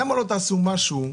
למה לא תעשו משהו,